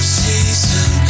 season